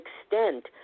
extent